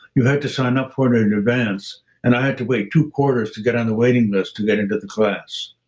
you had to sign up for it in advance and i had to wait two quarters to get on the waiting list to get into the class.